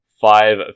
five